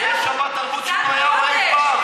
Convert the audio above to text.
אין "שבתרבות" שהוא לא היה בה אי-פעם.